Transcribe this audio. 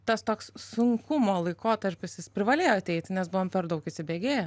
tas toks sunkumo laikotarpis jis privalėjo ateiti nes buvom per daug įsibėgėję